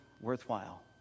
worthwhile